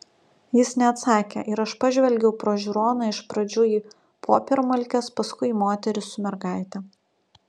jis neatsakė ir aš pažvelgiau pro žiūroną iš pradžių į popiermalkes paskui į moterį su mergaite